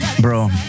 Bro